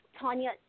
Tanya